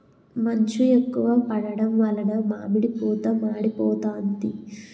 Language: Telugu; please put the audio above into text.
మంచు ఎక్కువ పడడం వలన మామిడి పూత మాడిపోతాంది